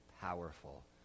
powerful